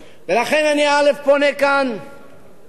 ולכן אני פונה כאן ואומר,